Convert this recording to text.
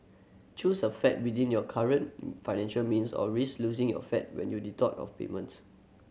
choose a flat within your current financial means or risk losing your flat when you default of payments